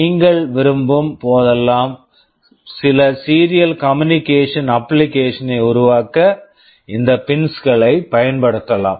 நீங்கள் விரும்பும் போதெல்லாம் சில serial communication application serial communication application ஐ உருவாக்க இந்த பின்ஸ் pins களைப் பயன்படுத்தலாம்